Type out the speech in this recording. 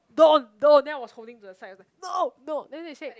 don't don't then I was holding to the side I was like no no then they said